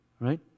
right